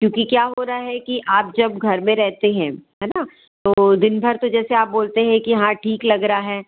क्योंकि क्या हो रहा है कि आप जब घर में रहते हैं है ना तो दिन भर तो जैसे आप बोलते हैं कि हाँ ठीक लग रहा है